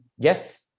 get